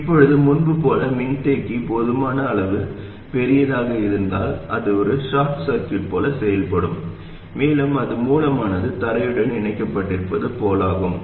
இப்போது முன்பு போல் மின்தேக்கி போதுமான அளவு பெரியதாக இருந்தால் அது ஒரு ஷார்ட் சர்க்யூட் போல செயல்படும் மேலும் அது மூலமானது தரையுடன் இணைக்கப்பட்டிருப்பது போலாகும்